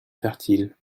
fertile